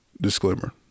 Disclaimer